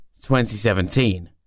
2017